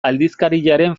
aldizkariaren